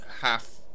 half